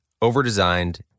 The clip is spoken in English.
overdesigned